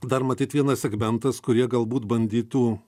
dar matyt vienas segmentas kurie galbūt bandytų